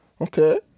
okay